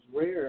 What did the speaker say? rare